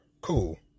cool